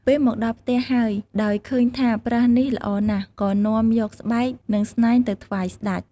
ពេលមកដល់ផ្ទះហើយ ដោយឃើញថាប្រើសនេះល្អណាស់ ក៏នាំយកស្បែក និងស្នែងទៅថ្វាយស្ដេច។